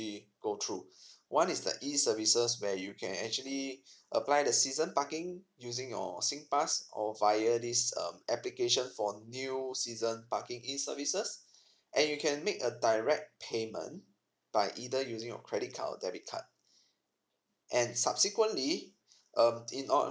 go through one is the E services where you can actually apply the season parking using your singpass or via this um applications for new season parking E services and you can make a direct payment by either using your credit card or debit card and subsequently um in or